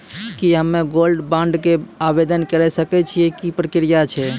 की हम्मय gold bond के आवदेन करे सकय छियै, की प्रक्रिया छै?